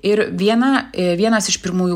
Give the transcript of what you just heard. ir viena vienas iš pirmųjų būdų ir yra